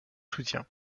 soutien